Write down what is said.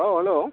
औ हेल'